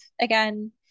again